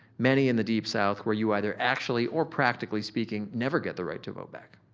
many in the deep south where you either actually or practically speaking never get the right to vote back.